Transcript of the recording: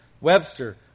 Webster